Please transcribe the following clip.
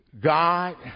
God